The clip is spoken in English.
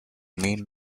main